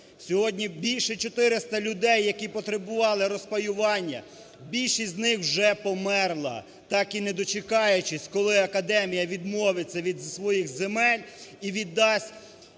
Сьогодні більше 400 людей, які потребували розпаювання, більшість з них вже померла, так і не дочекавшись, коли академія відмовиться від своїх земель і віддасть